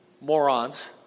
Morons